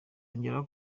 yongeraho